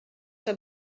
que